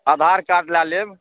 आधारकार्ड लऽ लेब